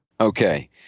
Okay